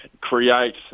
create